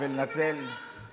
אני עכשיו כולי במתח.